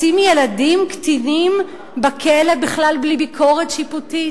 לשים ילדים קטינים בכלא בכלל בלי ביקורת שיפוטית,